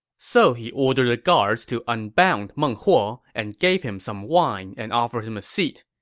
so he ordered the guards to unbound meng huo and gave him some wine and offered him a seat.